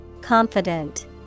Confident